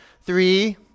Three